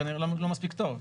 מספיק טוב.